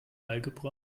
algebra